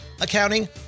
accounting